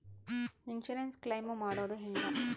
Insurance claim ಮಾಡೋದು ಹೆಂಗ?